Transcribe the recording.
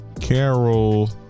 Carol